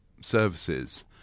services